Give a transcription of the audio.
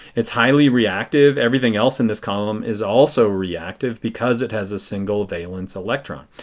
it is highly reactive. everything else in this column is also reactive because it has a single valence electron.